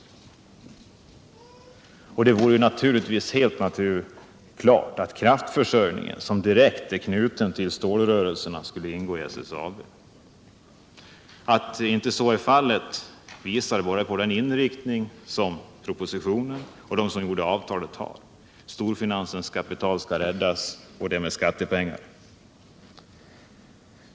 Det vore dessutom helt naturligt att kraftförsörjningen, som är direkt knuten till stålrörelserna, ingick i SSAB. Att så inte är fallet visar bara på den inriktning som propositionen och de som gjorde avtalet har. Storfinansens kapital skall räddas, och det med skattepengar.